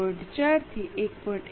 4 થી 1